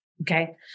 okay